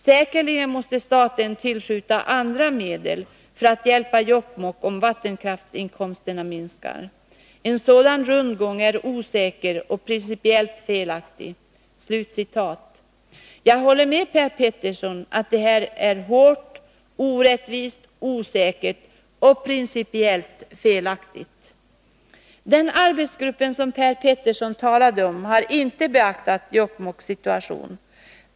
Säkerligen måste staten tillskjuta andra medel för att hjälpa Jokkmokk om vattenkraftinkomsterna minskar. En sådan ”rundgång” är osäker och principiellt felaktig.” Jag håller med Per Petersson om att det här är hårt, orättvist, osäkert och principiellt felaktigt. Den arbetsgrupp som Per Petersson talade om har inte beaktat Jokkmokks situation.